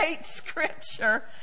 scripture